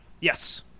Yes